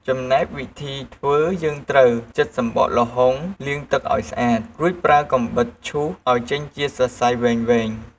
ចំណែកវិធីធ្វើយើងត្រូវ ចិតសម្បកល្ហុង លាងទឹកឲ្យស្អាត រួចប្រើកាំបិតឈូសឲ្យចេញជាសរសៃវែងៗ។